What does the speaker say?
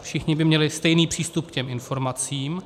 Všichni by měli stejný přístup k těm informacím.